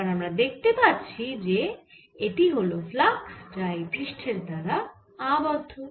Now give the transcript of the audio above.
এবার আমরা দেখতে পাচ্ছি যে এটি হল ফ্লাক্স যা এই পৃষ্ঠের দ্বারা আবদ্ধ